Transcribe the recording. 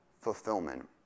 fulfillment